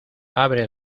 abre